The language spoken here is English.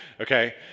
Okay